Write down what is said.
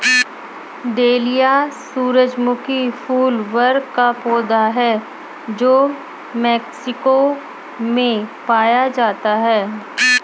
dahlia सूरजमुखी फूल वर्ग का पौधा है जो मेक्सिको में पाया जाता है